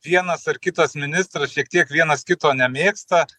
vienas ar kitas ministras šiek tiek vienas kito nemėgsta